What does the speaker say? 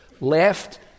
left